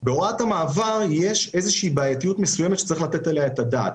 בהוראת המעבר יש איזו שהיא בעייתיות שצריך לתת עליה את הדעת.